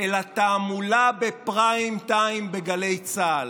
אלא תעמולה בפריים טיים בגלי צה"ל.